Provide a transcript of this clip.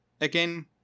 again